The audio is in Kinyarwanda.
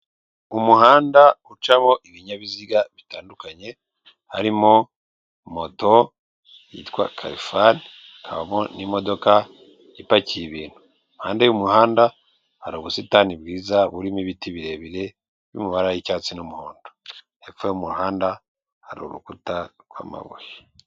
Umuhanda ucamo ibinyabiziga bitandukanye, harimo moto yitwa karifani, hakabamo n'imodoka ipakiye ibintu, impande y'umuhanda hari ubusitani bwiza burimo ibiti birebire biri mu mabara y'icyatsi n'umuhondo, hepfo y'umuhanda hari urukuta rw'amabuye.